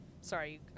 Sorry